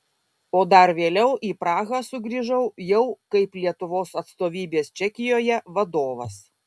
o dar vėliau į prahą sugrįžau jau kaip lietuvos atstovybės čekijoje vadovas